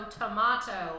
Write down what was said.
tomato